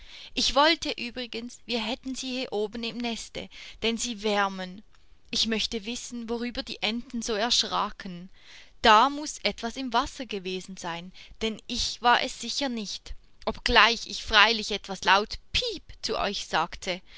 ich wollte übrigens wir hätten sie hier oben im neste denn sie wärmen ich möchte wissen worüber die enten so erschraken da muß etwas im wasser gewesen sein denn ich war es sicher nicht obgleich ich freilich etwas laut piep zu euch sagte